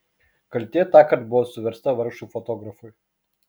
kaltė tąkart buvo suversta vargšui fotografui